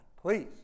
Please